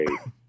Okay